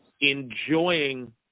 enjoying